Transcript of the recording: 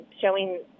showing